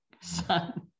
son